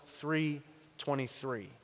3.23